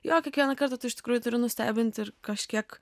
jo kiekvieną kartą tu iš tikrųjų turiu nustebinti ir kažkiek